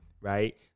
right